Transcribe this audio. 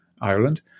ireland